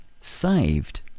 saved